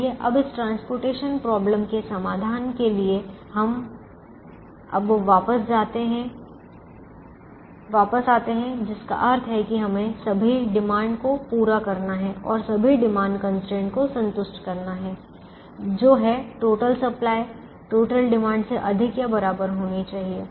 चलिए अब इस परिवहन समस्या के समाधान के लिए अब हम वापस आते हैं जिसका अर्थ है कि हमें सभी डिमांड को पूरा करना है और सभी डिमांड कंस्ट्रेंट को संतुष्ट करना है जो है टोटल सप्लाई टोटल डिमांड से अधिक या बराबर होनी चाहिए